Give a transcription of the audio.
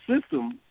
system